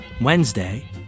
Wednesday